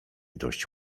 dość